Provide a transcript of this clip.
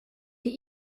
die